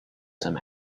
some